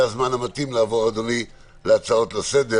זה הזמן המתאים לעבור להצעות לסדר